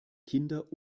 kinder